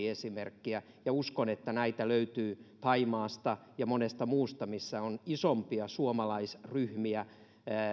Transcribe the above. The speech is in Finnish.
esimerkkiä uskon että näitä löytyy thaimaasta ja monesta muusta maasta missä on isompia suomalaisryhmiä